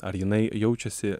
ar jinai jaučiasi